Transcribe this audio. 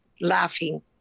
laughing